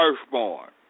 firstborn